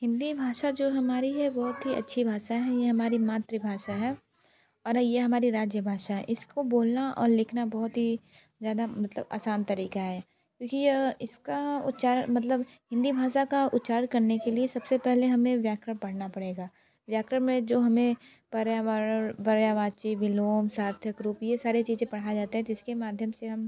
हिंदी भाषा जो हमारी है बहुत ही अच्छी भाषा है यह हमारी मातृभाषा है और यह हमारी राज्य भाषा है इसको बोलना और लिखना बहुत ही ज़्यादा मतलब आसान तरीका है क्योंकि यह इसका उच्चारण मतलब हिंदी भाषा का उच्चारण करने के लिए सबसे पहले हमें व्याकरण पढ़ना पड़ेगा व्याकरण में जो हमें पर्यावरण पर्यावाची विलोम सार्थक रूप यह सारे चीज़ पढ़ाया जाता है जिसके माध्यम से हम